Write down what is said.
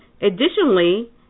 Additionally